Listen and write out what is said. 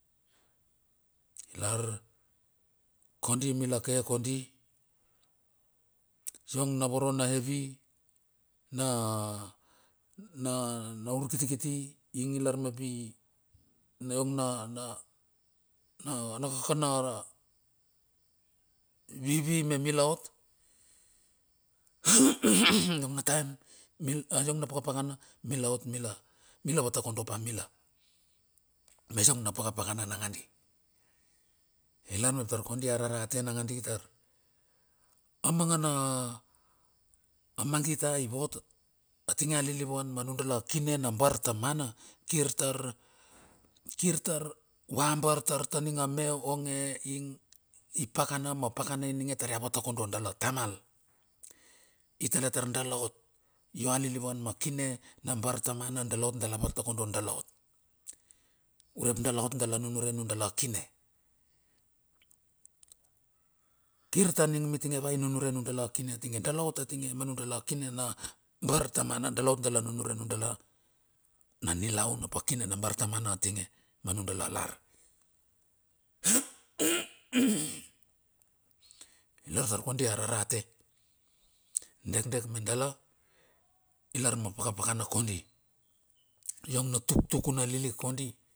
Lar kondi mila ke kondi iong na vorona evi. Na na na urkitkiti ing i lar mepi. Na iong na na na na kakana vivi me mila ot iong na taem a iong na pakapaka na mila ot mila, mila vata kondo pa mila. Me iong na pakapakana nangandi. I lar mep tar kodi arorate nangadi tar, a mangana mang it ai ivot a tinge a lilivan ma nudala kine na bartamana kir tar, kir tar vabar taurta ninga meonge ing i pakana ma pakana ininge tar ia vatakodo dala tamal. I tale tar dale ot, yoali livuan ma kine na bartamana dala ot dala vatakondo dala ot. Urep dala ot dala nunure nu dala kine, kirta ning mitinge vai nunure nudale kine atinge. Dala ot atinge ma nundala kine na bartamana dala iot dala nunure nundala, na nilaun apa kine na bartamana tinge. Manudala lar larta kodi ararate dekdek medala, i lar ma pakapakana kodi. Iau na tuktuk na lilik kondi